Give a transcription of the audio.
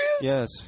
Yes